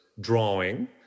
drawing